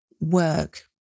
work